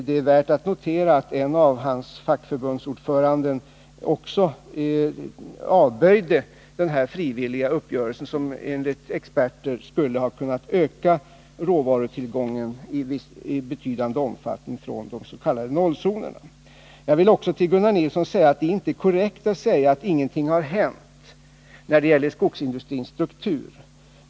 Det är värt att notera att en av Gunnar Nilssons fackförbundsordförande också avböjde denna frivilliga uppgörelse, som enligt experter i betydande omfattning skulle ha ökat råvarutillförseln från de s.k. nollzonerna. Det är inte korrekt, Gunnar Nilsson, att säga att ingenting har hänt när det gäller skogsindustrins struktur.